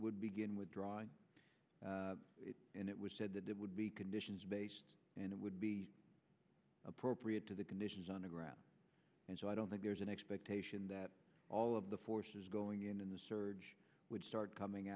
would begin withdrawing and it was said that it would be conditions based and it would be appropriate to the conditions on the ground and so i don't think there's an expectation that all of the forces going in in the surge would start coming